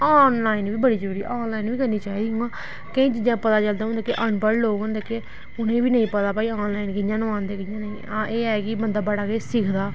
online बी बड़ी जरूरी आनलाइन बी करनी चाहिदी उ'आं केईं चीजें दा पता चलदा हून जेह्के अनपढ़ लोग होंदे उ'नेंगी बी नेई पता भाई आनलाइन कि'यां नोआंदे कि'यां नईं आं एह् ऐ कि बंदा बड़ा किश सिखदा